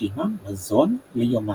כשעימם מזון ליומיים.